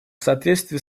соответствии